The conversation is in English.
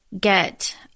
get